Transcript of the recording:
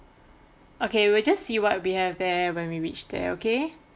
okay we'll just see what we have there when we reach there okay